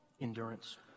endurance